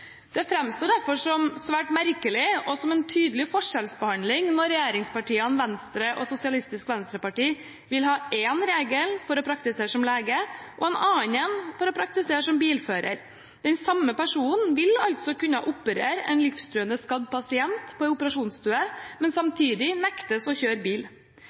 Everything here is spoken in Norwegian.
Det framstår derfor som svært merkelig og som en tydelig forskjellsbehandling når regjeringspartiene, Venstre og SV vil ha én regel for å praktisere som lege og en annen for å praktisere som bilfører. Den samme personen vil altså kunne operere en livstruende skadd pasient på en operasjonsstue, men samtidig nektes å kjøre bil.